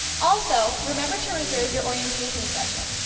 also, remember to reserve your orientation session.